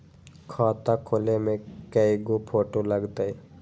खाता खोले में कइगो फ़ोटो लगतै?